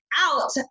out